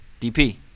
DP